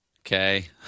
Okay